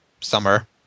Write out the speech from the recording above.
summer